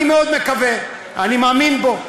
אני מאוד מקווה, אני מאמין בו.